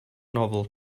novel